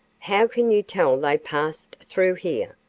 how can you tell they passed through here?